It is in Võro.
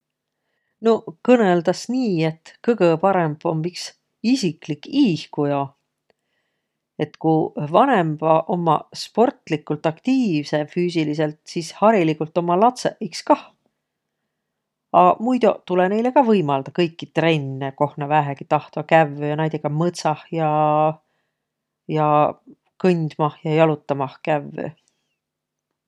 Noq, kõnõldas nii, et kõgõ parõmb om iks isiklik iihkujo. Et ku vanõmbaq ommaq sportligult aktiivsõq ja füüsilidselt, sis hariligult ommaq latsõq iks kah. A muidoq tulõ kah näile võimaldaq kõiki trenne, koh nä vähägi tahtvaq kävvüq ja näidega mõtsah ja, ja kõndmah ja jalotamah kävvüq.